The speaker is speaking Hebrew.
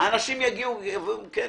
אנשים ימדדו,